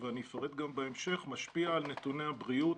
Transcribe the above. ואפרט גם בהמשך, משפיע על נתוני הבריאות,